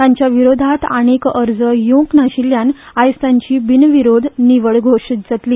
तांच्या विरोधात आनीक अर्ज येवंक नाशिल्ल्यान आयज तांची बिनविरोध निवड घोषित जातली